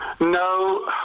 No